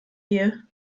ehe